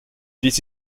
this